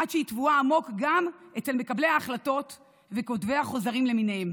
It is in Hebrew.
עד שהיא טבועה עמוק גם אצל מקבלי ההחלטות וכותבי החוזרים למיניהם.